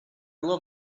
love